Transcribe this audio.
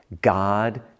God